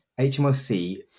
hmrc